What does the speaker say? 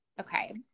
Okay